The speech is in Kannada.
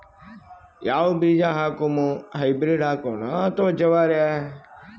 ಯಾವ ಬೀಜ ಹಾಕುಮ, ಹೈಬ್ರಿಡ್ ಹಾಕೋಣ ಅಥವಾ ಜವಾರಿ?